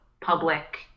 public